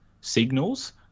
signals